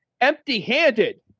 empty-handed